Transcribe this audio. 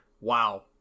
Wow